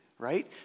right